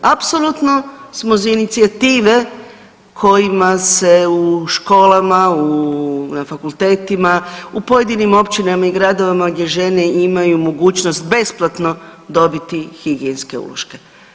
Apsolutno smo za inicijative kojima se u školama, u, na fakultetima, u pojedinim općinama i gradovima gdje žene imaju mogućnost, besplatno dobiti higijenske uloške.